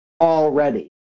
already